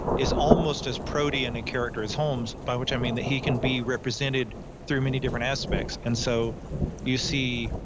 is almost as parody and a character as holmes, by which i mean that he can be represented through many different aspects. and so you see,